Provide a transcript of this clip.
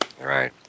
right